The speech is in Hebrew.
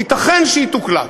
ייתכן שהיא תוקלט.